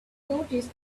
noticed